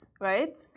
right